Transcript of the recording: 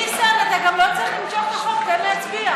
ניסן, אתה גם לא צריך למשוך את החוק, תן להצביע.